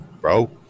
bro